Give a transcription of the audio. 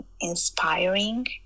inspiring